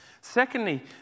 Secondly